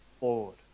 Lord